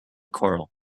choral